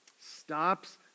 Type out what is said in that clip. stops